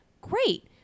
great